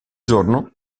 giorno